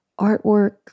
artwork